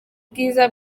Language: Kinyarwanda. ubwiza